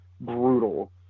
brutal